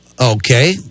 Okay